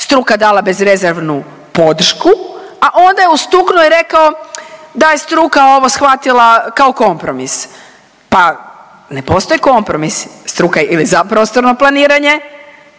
struka dala bezrezervnu podršku, a onda je ustuknuo i rekao da je struka ovo shvatila kao kompromis. Pa ne postoji kompromis, struka je ili za prostorno planiranje